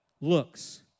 looks